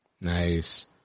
Nice